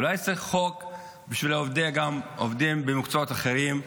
אולי צריך חוק גם בשביל עובדים במקצועות אחרים,